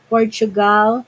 Portugal